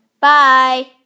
Bye